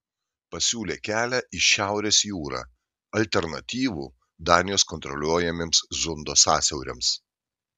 pasiūlė kelią į šiaurės jūrą alternatyvų danijos kontroliuojamiems zundo sąsiauriams